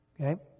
Okay